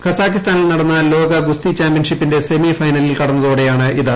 ക്സ്പാക്കിസ്ഥാനിൽ നടന്ന ലോക ഗുസ്തി ചാമ്പ്യൻഷിപ്പിന്റെ സെമി ഫൈനലിൽ കടന്നതോടെയാണ് ഇത്